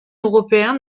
européen